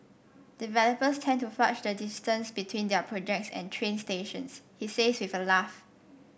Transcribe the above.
developers tend to fudge the distance between their projects and train stations he says with a laugh